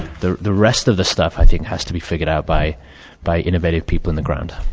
the the rest of the stuff has to be figured out by by innovative people on the ground.